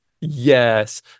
Yes